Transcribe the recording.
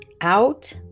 Out